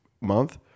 month